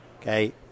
Okay